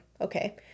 okay